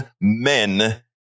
men